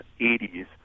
80s